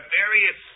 various